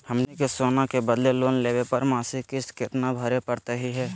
हमनी के सोना के बदले लोन लेवे पर मासिक किस्त केतना भरै परतही हे?